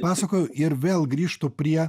pasakojau ir vėl grįžtu prie